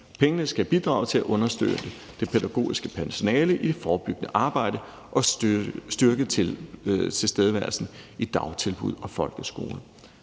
Pengene skal bidrage til at understøtte det pædagogiske personale i forebyggende arbejde og styrke tilstedeværelsen i dagtilbud og folkeskole.